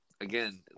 again